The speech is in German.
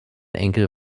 enkel